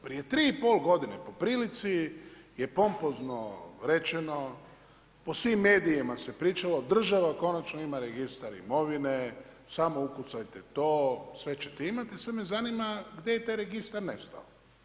Prije 3,5 godine po prilici je pompozno rečeno, po svim medijima se pričalo, država konačno ima registar imovine, samo ukucajte to, sve će te imati i sad me zanima gdje je ta registar nestao?